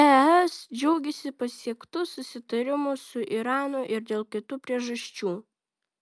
es džiaugiasi pasiektu susitarimu su iranu ir dėl kitų priežasčių